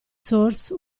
source